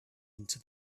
into